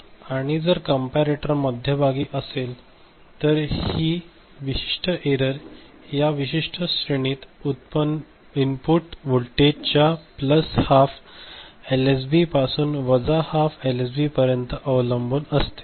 आणि जर कंपॅरेटर मध्यभागी असेल तर ही विशिष्ट एरर याविशिष्ट श्रेणीत इनपुट व्होल्टेज च्या प्लस हाफ एलएसबीपासून वजा हाफ एलएसबी पर्यंत अवलंबून असेल